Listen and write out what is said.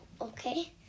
Okay